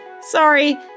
Sorry